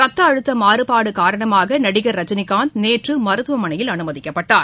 ரத்தஅழுத்தமாறுபாடுகாரணமாகநடிகர் ரஜினிகாந்த் நேற்றுமருத்துவமனையில் அனுமதிக்கப்பட்டார்